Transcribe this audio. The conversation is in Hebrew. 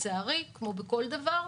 כמו בכל דבר,